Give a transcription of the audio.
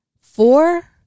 Four